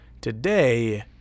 Today